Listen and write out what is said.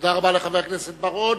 תודה רבה לחבר הכנסת בר-און.